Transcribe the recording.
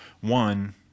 one